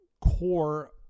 core